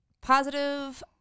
positive